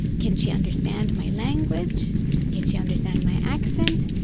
can she understand my language? can she understand my accent?